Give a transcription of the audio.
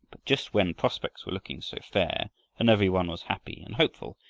just when prospects were looking so fair and every one was happy and hopeful,